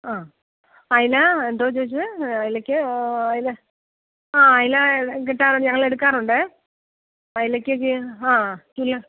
ആ അയില എന്തോ ചോദിച്ച് അയിലയ്ക്ക് അയില ആ അയില കിട്ടാറുണ്ട് ഞങ്ങൾ എടുക്കാറുണ്ട് അയിലയ്ക്ക് ആ കിലോ